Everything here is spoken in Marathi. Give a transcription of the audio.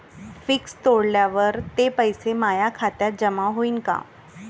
फिक्स तोडल्यावर ते पैसे माया खात्यात जमा होईनं का?